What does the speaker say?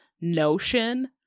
notion